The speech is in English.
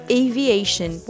aviation